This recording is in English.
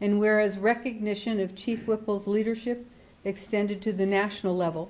and where is recognition of chief whipple's leadership extended to the national level